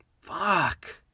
Fuck